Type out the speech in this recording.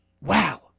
Wow